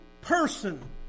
person